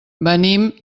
venim